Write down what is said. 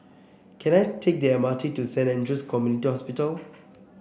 can I take the M R T to Saint Andrew's Community Hospital